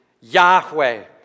Yahweh